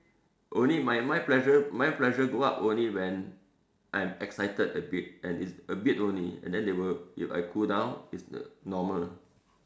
only my my pressure my pressure go up only when I'm excited a bit and it's a bit only and then they will if I cool down it's uh normal